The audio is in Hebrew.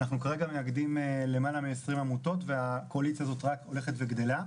אנחנו כרגע מאגדים למעלה מעשרים עמותות והקואליציה הזאת רק הולכת וגדלה.